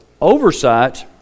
oversight